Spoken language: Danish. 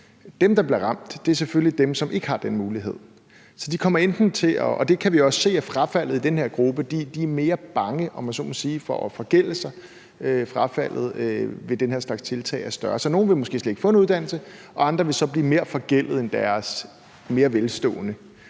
Dem, der bliver ramt, er selvfølgelig dem, som ikke har den mulighed, og det kan vi også se af frafaldet i den her gruppe. De er, om jeg så må sige, mere bange for at forgælde sig, og frafaldet er ved den slags tiltag her større. Så nogle vil måske slet ikke få en uddannelse, og andre vil så blive mere forgældede end deres mere velstående